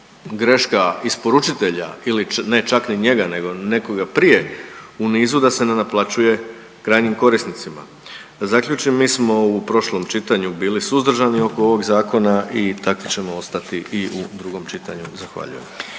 greška isporučitelja ili ne čak ni njega nego nekoga prije u nizu da se ne naplaćuje krajnjim korisnicima. Da zaključim, mi smo u prošlom čitanju bili suzdržani oko ovog zakona i takvi ćemo ostati i u drugom čitanju. Zahvaljujem.